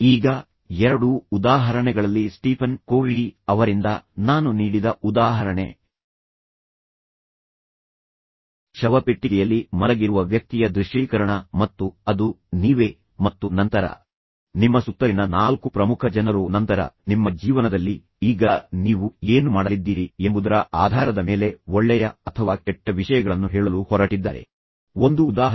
ಈಗ ಎರಡೂ ಉದಾಹರಣೆಗಳಲ್ಲಿ ಸ್ಟೀಫನ್ ಕೋವೀ ಅವರಿಂದ ನಾನು ನೀಡಿದ ಉದಾಹರಣೆ ಶವಪೆಟ್ಟಿಗೆಯಲ್ಲಿ ಮಲಗಿರುವ ವ್ಯಕ್ತಿಯ ದೃಶ್ಯೀಕರಣ ಮತ್ತು ಅದು ನೀವೇ ಮತ್ತು ನಂತರ ನಿಮ್ಮ ಸುತ್ತಲಿನ ನಾಲ್ಕು ಪ್ರಮುಖ ಜನರು ಮತ್ತು ನಂತರ ಅವರು ನಿಮ್ಮ ಜೀವನದಲ್ಲಿ ಈಗ ನೀವು ಏನು ಮಾಡಲಿದ್ದೀರಿ ಎಂಬುದರ ಆಧಾರದ ಮೇಲೆ ಒಳ್ಳೆಯ ಅಥವಾ ಕೆಟ್ಟ ವಿಷಯಗಳನ್ನು ಹೇಳಲು ಹೊರಟಿದ್ದಾರೆ ಒಂದು ಉದಾಹರಣೆ